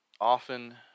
often